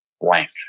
blank